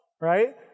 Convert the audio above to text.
right